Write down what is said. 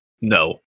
no